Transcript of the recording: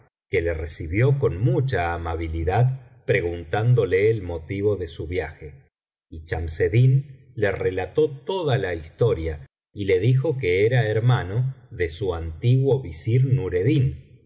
que le recibió con mucha amabilidad preguntándole el motivo de su viaje y chamseddin le relató toda la historia y le dijo que era hermano de su antiguo visir nureddin